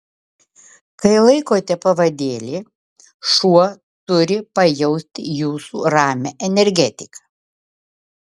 kai laikote pavadėlį šuo turi pajausti jūsų ramią energetiką